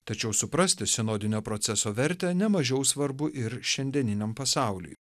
tačiau suprasti sinodinio proceso vertę ne mažiau svarbu ir šiandieniniam pasauliui